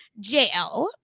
JL